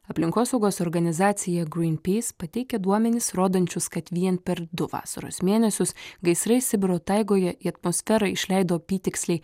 aplinkosaugos organizacija greenpeace pateikia duomenis rodančius kad vien per du vasaros mėnesius gaisrai sibiro taigoje į atmosferą išleido apytiksliai